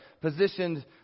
positioned